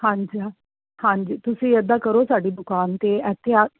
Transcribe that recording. ਹਾਂਜੀ ਹਾਂ ਹਾਂਜੀ ਤੁਸੀਂ ਇੱਦਾਂ ਕਰੋ ਸਾਡੀ ਦੁਕਾਨ 'ਤੇ ਇੱਥੇ ਆ